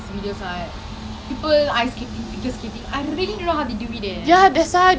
honestly it's very easy I just teach you just like you just bang any surface and then like left right left